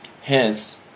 Hence